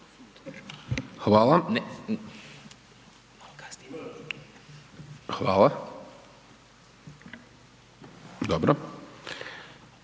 Hvala. Hvala vama.